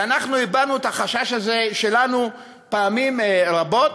ואנחנו הבענו את החשש הזה שלנו פעמים רבות,